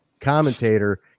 commentator